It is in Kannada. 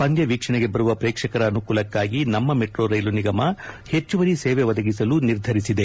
ಪಂದ್ಕ ವೀಕ್ಷಣೆಗೆ ಬರುವ ಪ್ರೇಕ್ಷಕರ ಅನುಕೂಲಕ್ಕಾಗಿ ನಮ್ಮ ಮೆಟ್ರೋ ರೈಲು ನಿಗಮ ಹೆಚ್ಚುವರಿ ಸೇವೆ ಒದಗಿಸಲು ನಿರ್ಧರಿಸಿದೆ